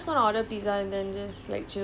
so thinking like poker but